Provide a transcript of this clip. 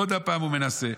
עוד הפעם הוא מנסה.